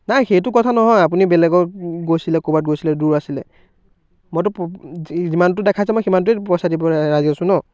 নাই সেইটো কথা নহয় আপুনি বেলেগক গৈছিলে ক'ৰবাত গৈছিলে দূৰ আছিলে মইতো যিমানটো দেখাইছে মই সিমানটোৱে পইচা দিবলৈ ৰাজী আছোঁ ন